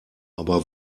aber